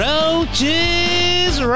Roaches